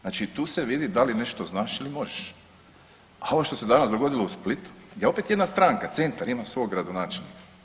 Znači, tu se vidi da li nešto znaš ili možeš, a ovo što se danas dogodilo u Splitu, je opet jedna stranka, centar imao svog gradonačelnika.